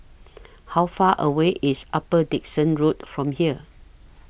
How Far away IS Upper Dickson Road from here